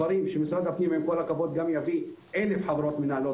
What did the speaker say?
דברים שמשרד הפנים עם כל הכבוד גם יביא אלף חברות מנהלות,